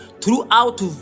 throughout